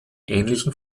ähnlichen